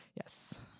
Yes